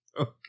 Okay